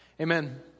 Amen